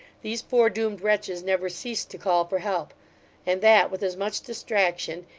these four doomed wretches never ceased to call for help and that with as much distraction,